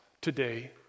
today